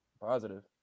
Positive